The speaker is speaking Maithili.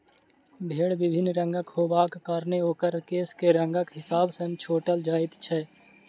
भेंड़ विभिन्न रंगक होयबाक कारणेँ ओकर केश के रंगक हिसाब सॅ छाँटल जाइत छै